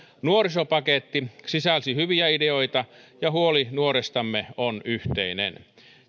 nuorisopaketti sisälsi hyviä ideoita ja huoli nuoristamme on yhteinen